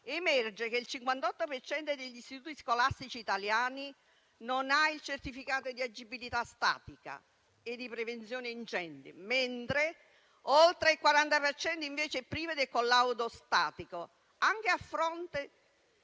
emerge che il 58 per cento degli istituti scolastici italiani non ha il certificato di agibilità statica e di prevenzione incendi, mentre oltre il 40 per cento è privo del collaudo statico, anche a fronte